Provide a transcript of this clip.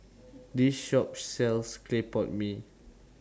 This Shop sells Clay Pot Mee